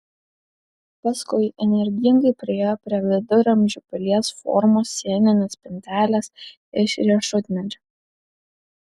paskui energingai priėjo prie viduramžių pilies formos sieninės spintelės iš riešutmedžio